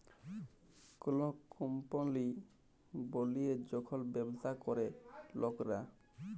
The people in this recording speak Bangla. কল কম্পলি বলিয়ে যখল ব্যবসা ক্যরে লকরা